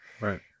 Right